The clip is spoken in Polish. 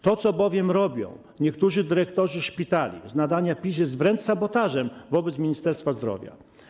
To bowiem, co robią niektórzy dyrektorzy szpitali z nadania PiS, jest wręcz sabotażem wobec Ministerstwa Zdrowia.